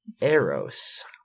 eros